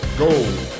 gold